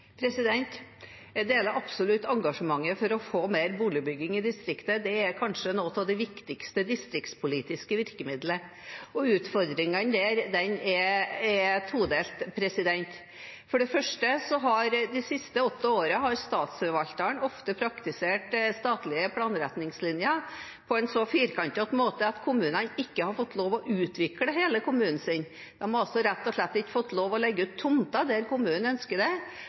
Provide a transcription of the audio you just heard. Jeg deler absolutt engasjementet for å få mer boligbygging i distriktet. Det er kanskje et av de viktigste distriktspolitiske virkemidlene, og utfordringen der er todelt. For det første har statsforvalteren de siste åtte årene ofte praktisert statlige planretningslinjer på en så firkantet måte at kommunene ikke har fått lov til å utvikle hele kommunen sin. De har rett og slett ikke fått lov til å legge ut tomter der kommunen ønsker det,